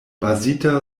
bazita